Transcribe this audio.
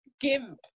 GIMP